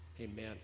Amen